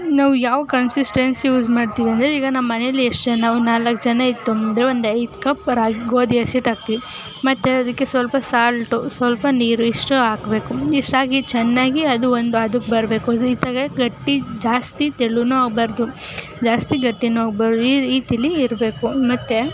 ನಾವು ಯಾವ consistency use ಮಾಡ್ತೀವಿ ಅಂದರೆ ಈಗ ನಮ್ಮನೆಯಲ್ಲಿ ಎಷ್ಟು ಜನ ಒಂದು ನಾಲ್ಕು ಜನ ಇತ್ತು ಅಂದರೆ ಒಂದೈದು ಕಪ್ ರಾಗಿ ಗೋಧಿ ಹಸಿಟ್ಟು ಹಾಕ್ತೀವಿ ಮತ್ತು ಅದಕ್ಕೆ ಸ್ವಲ್ಪ ಸಾಲ್ಟು ಸ್ವಲ್ಪ ನೀರು ಇಷ್ಟು ಹಾಕ್ಬೇಕು ಇಷ್ಟಾಕಿ ಚೆನ್ನಾಗಿ ಅದು ಒಂದು ಅದಕ್ಕೆ ಬರಬೇಕು ಈ ರೀತಿಯಾಗಿ ಗಟ್ಟಿ ಜಾಸ್ತಿ ತೆಳುವೂ ಆಗಬಾರ್ದು ಜಾಸ್ತಿ ಗಟ್ಟಿಯೂ ಆಗಬಾರ್ದು ಈ ರೀತಿಲಿ ಇರಬೇಕು ಮತ್ತು